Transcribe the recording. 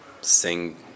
sing